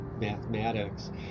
mathematics